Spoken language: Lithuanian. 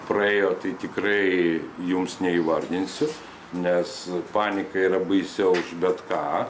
praėjo tai tikrai jums neįvardinsiu nes panika yra baisiau už bet ką